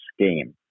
scheme